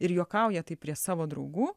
ir juokauja tai prie savo draugų